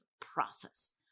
process